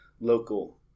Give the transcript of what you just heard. local